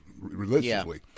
religiously